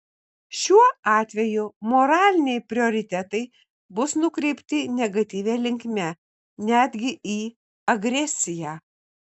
šiuo atveju moraliniai prioritetai bus nukreipti negatyvia linkme netgi į agresiją